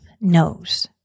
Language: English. knows